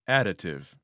Additive